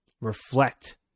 reflect